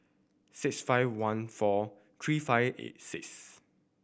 six five one four three five eight six